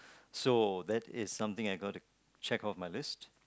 so that is something I got to check off my list